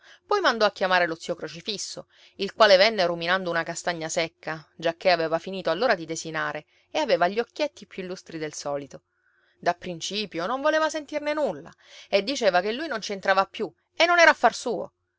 poi mandò a chiamare lo zio crocifisso il quale venne ruminando una castagna secca giacché aveva finito allora di desinare e aveva gli occhietti più lustri del solito dapprincipio non voleva sentirne nulla e diceva che lui non ci entrava più e non era affar suo